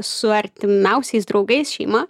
su artimiausiais draugais šeima